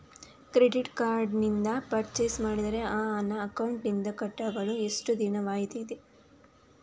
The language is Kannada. ಕ್ರೆಡಿಟ್ ಕಾರ್ಡ್ ನಿಂದ ಪರ್ಚೈಸ್ ಮಾಡಿದರೆ ಆ ಹಣ ಅಕೌಂಟಿನಿಂದ ಕಟ್ ಆಗಲು ಎಷ್ಟು ದಿನದ ವಾಯಿದೆ ಇದೆ?